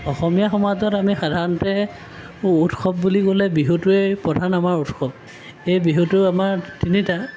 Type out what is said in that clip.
অসমীয়া সমাজত আমি সাধাৰণতে উৎসৱ বুলি ক'লে বিহুটোৱেই প্ৰধান আমাৰ উৎসৱ এই বিহুটো আমাৰ তিনিটা